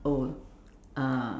oh uh